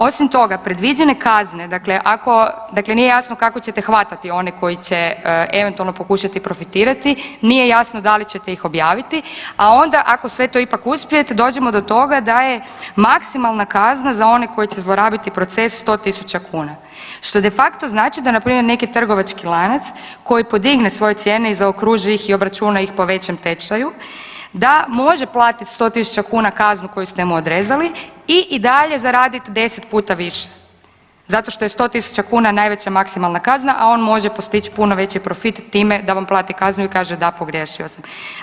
Osim toga, predviđene kazne, dakle ako, dakle nije jasno kako ćete hvatati one koji će eventualno pokušati profitirati, nije jasno da li ćete ih objaviti, a onda, ako sve to ipak uspijete, dođemo do toga da je maksimalna kazna za one koji će zlorabiti proces 100 tisuća kuna, što de facto znači da npr. neki trgovački lanac koji podigne svoje cijene i zaokruži ih i obračuna ih po većem tečaju, da može platiti 100 tisuća kuna kaznu koju ste mu odrezali i dalje zaraditi 10 puta više zato što je 100 kuna najveća maksimalna kazna, a on može postići puno veći profit time da vam plati kaznu i kaže da, pogriješio sam.